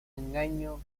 engaño